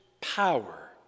power